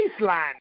baseline